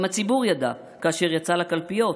גם הציבור ידעו, כאשר יצאו לקלפיות,